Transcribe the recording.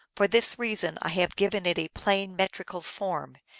for this reason i have given it a plain met rical form,